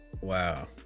Wow